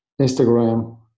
Instagram